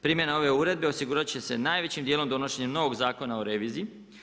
Primjena ove uredbe osigurati će se najvećim dijelom donošenje novog zakona o reviziji.